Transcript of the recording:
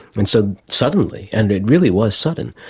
and so suddenly, and it really was sudden,